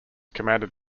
commanded